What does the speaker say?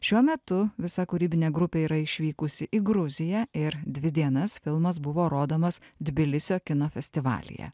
šiuo metu visa kūrybinė grupė yra išvykusi į gruziją ir dvi dienas filmas buvo rodomas tbilisio kino festivalyje